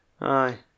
aye